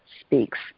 Speaks